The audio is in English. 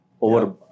over